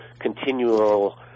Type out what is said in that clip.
continual